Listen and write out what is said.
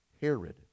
Herod